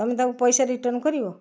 ତମେ ତାଙ୍କୁ ପଇସା ରିଟର୍ଣ୍ଣ କରିବ